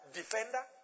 defender